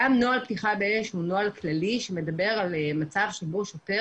גם נוהל פתיחה באש הוא נוהל כללי שמדבר על מצב שבו שוטר